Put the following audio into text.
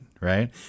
Right